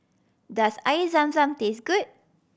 does Air Zam Zam taste good